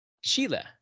Sheila